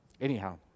Anyhow